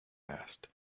asked